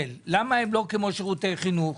למה הם לא כמו שירותי חינוך,